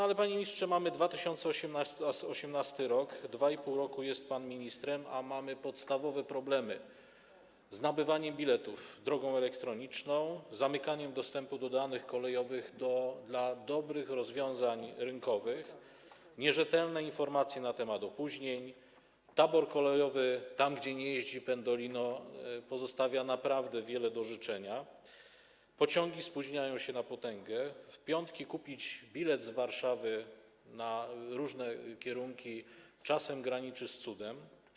Jednak, panie ministrze, jest 2018 r., 2,5 roku jest pan ministrem, a mamy podstawowe problemy - z nabywaniem biletów drogą elektroniczną, związane z zamykaniem dostępu do danych kolejowych, do dobrych rozwiązań rynkowych, mamy nierzetelne informacje na temat opóźnień, tabor kolejowy tam, gdzie nie jeździ pendolino, pozostawia naprawdę wiele do życzenia, pociągi spóźniają się na potęgę, w piątki kupienie biletu z Warszawy na podróż w różnych kierunkach czasem graniczy z cudem.